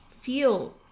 feel